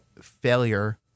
failure